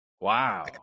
wow